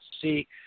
See